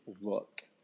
look